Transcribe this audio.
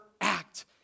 act